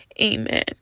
Amen